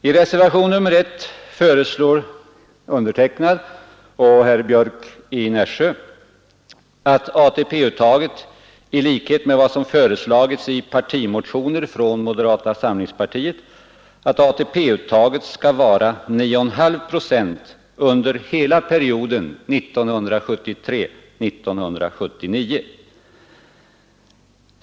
I reservationen 1 föreslår jag och herr Björck i Nässjö att ATP-uttaget i likhet med vad som föreslagits i partimotioner från moderata samlingspartiet skall vara 9,5 procent under hela perioden 1973—1979.